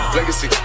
Legacy